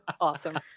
Awesome